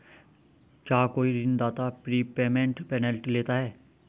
क्या कोई ऋणदाता प्रीपेमेंट पेनल्टी लेता है?